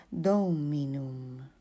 dominum